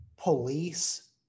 police